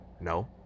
No